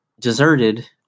deserted